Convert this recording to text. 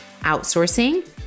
outsourcing